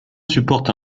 supportent